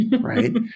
Right